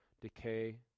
decay